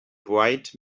bright